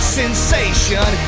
sensation